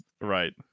Right